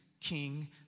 King